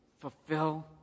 fulfill